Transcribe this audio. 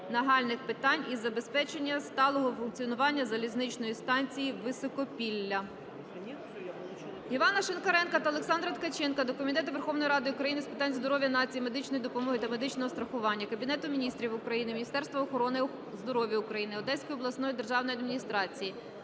нагальних питань із забезпечення сталого функціонування залізничної станції "Високопілля".